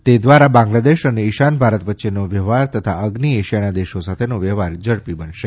તે દ્વારા બાંગ્લાદેશ અને ઈશાન ભારત વચ્ચેનો વ્યવહાર તથા અઝિ એશિયાના દેશો સાથેનો વ્યવહાર ઝડપી બનશે